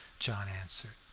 john answered.